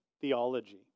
theology